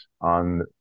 on